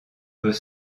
peut